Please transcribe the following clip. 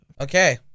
Okay